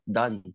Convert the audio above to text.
done